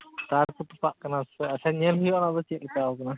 ᱛᱟᱨ ᱠᱚ ᱛᱚᱯᱟᱜ ᱟᱠᱟᱱᱟ ᱥᱮ ᱪᱮᱫ ᱟᱪᱪᱷᱟ ᱧᱮᱞ ᱦᱩᱭᱩᱜᱼᱟ ᱚᱱᱟ ᱫᱚ ᱪᱮᱫ ᱞᱮᱠᱟ ᱟᱠᱟᱱᱟ